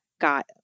got